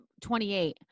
28